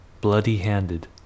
bloody-handed